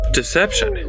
deception